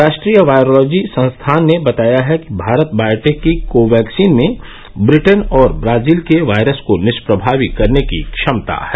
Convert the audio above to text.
राष्ट्रीय वायरोलॉजी संस्थान ने बताया है कि भारत बायोटैक की कोवैक्सीन में ब्रिटेन और ब्राजील के वायरस को निष्प्रभावी करने की क्षमता है